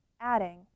adding